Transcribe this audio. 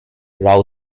rao